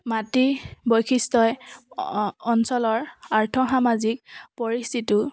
মাটি বৈশিষ্ট্যই অঞ্চলৰ আৰ্থ সামাজিক পৰিস্থিতি